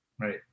Right